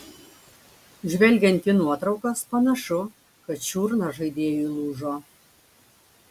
žvelgiant į nuotraukas panašu kad čiurna žaidėjui lūžo